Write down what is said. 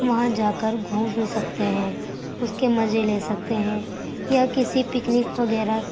وہاں جا کر گھوم پھر سکتے ہیں اس کے مزے لے سکتے ہیں یا کسی پکنک وغیرہ